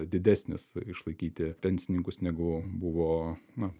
didesnis išlaikyti pensininkus negu buvo na